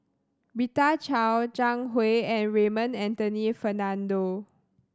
Rita Chao Zhang Hui and Raymond Anthony Fernando